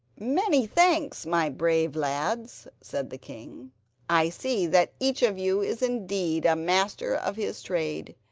many thanks, my brave lads said the king i see that each of you is indeed a master of his trade.